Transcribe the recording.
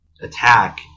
attack